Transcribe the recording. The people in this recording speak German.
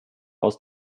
aus